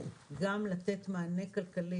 גם לתת מענה כלכלי,